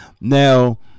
now